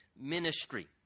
ministry